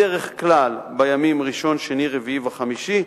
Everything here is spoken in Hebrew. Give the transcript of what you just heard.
בדרך כלל בימים ראשון, שני, רביעי וחמישי.